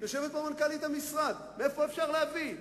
יושבת פה מנכ"לית המשרד, מאיפה אפשר להביא?